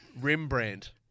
Rembrandt